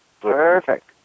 Perfect